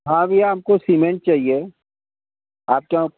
हाँ भैया हमको सीमेंट चाहिए आपके य